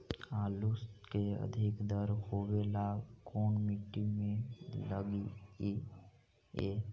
आलू के अधिक दर होवे ला कोन मट्टी में लगीईऐ?